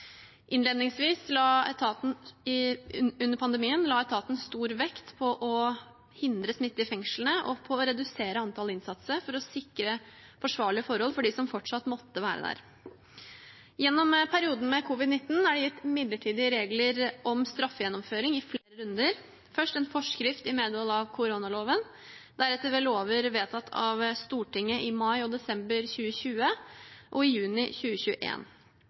Innledningsvis under pandemien la etaten stor vekt på å hindre smitte i fengslene og på å redusere antall innsatte for å sikre forsvarlige forhold for dem som fortsatt måtte være der. Gjennom perioden med covid-19 er det gitt midlertidige regler om straffegjennomføring i flere runder – først en forskrift i medhold av koronaloven, deretter ved lover vedtatt av Stortinget i mai og desember 2020 og i juni